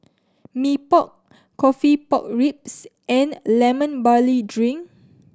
Mee Pok coffee pork ribs and Lemon Barley Drink